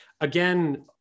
Again